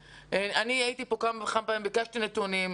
אני הייתי פה כמה וכמה פעמים, ביקשתי נתונים.